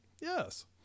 Yes